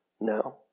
No